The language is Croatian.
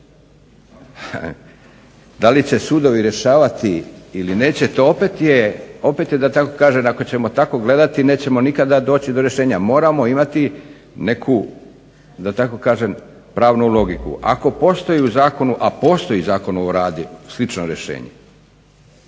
Da li će sudovi rješavati ili neće, opet je da tako kažem, ako ćemo tako gledati nećemo nikada doći do rješenja. Moramo imati neku, da tako kažem pravnu logiku. Ako postoji u zakonu, a postoji u Zakonu o radu slično rješenje,